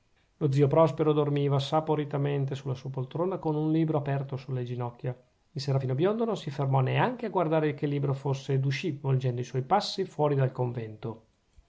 lo zio prospero dormiva saporitamente sulla sua poltrona con un libro aperto sulle ginocchia il serafino biondo non si fermò neanche a guardare che libro fosse ed uscì volgendo i suoi passi fuori del convento